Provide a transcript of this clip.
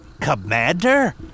commander